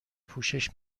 پوشش